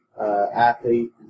athlete